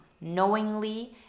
knowingly